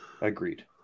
Agreed